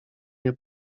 nie